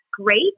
great